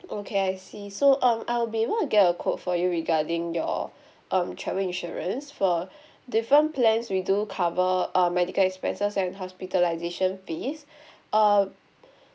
okay I see so um I'll be able to get a quote for you regarding your um travel insurance for different plans we do cover uh medical expenses and hospitalization fees uh